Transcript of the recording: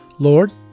Lord